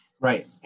Right